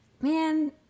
Man